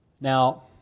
Now